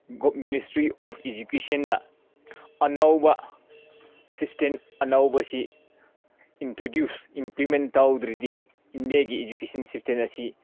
ministry of ꯏꯖꯨꯀꯦꯀꯁꯟꯅ ꯑꯅꯧꯕ system ꯑꯅꯧꯕꯁꯤ ꯏꯟꯇ꯭ꯔꯗ꯭ꯌꯨꯁ ꯏꯝꯄ꯭ꯂꯤꯃꯦꯟ ꯇꯧꯗ꯭ꯔꯗꯤ ꯏꯟꯗꯤꯌꯥꯒꯤ ꯏꯖꯨꯀꯦꯁꯟ ꯁꯤꯁꯇꯦꯝ ꯑꯁꯤ